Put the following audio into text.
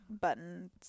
button